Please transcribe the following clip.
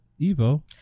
Evo